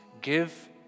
Give